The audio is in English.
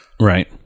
Right